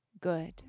good